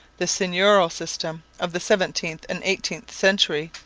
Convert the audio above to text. the seigneurial system of the seventeenth and eighteenth centuries,